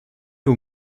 aux